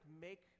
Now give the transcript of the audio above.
make